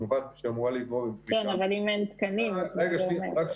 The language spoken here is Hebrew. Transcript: כן, אבל אם אין תקנים אז